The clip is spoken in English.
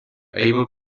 able